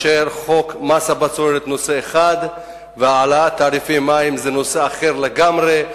וחוק מס הבצורת הוא נושא אחד והעלאת תעריפי המים זה נושא אחר לגמרי,